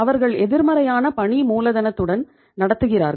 அவர்கள் எதிர்மறையான பணி மூலதனத்துடன் நடத்துகிறார்கள்